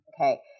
Okay